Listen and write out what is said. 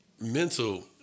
Mental